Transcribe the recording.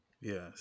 Yes